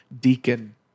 deacon